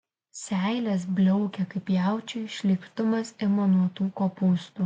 seilės bliaukia kaip jaučiui šleikštumas ima nuo tų kopūstų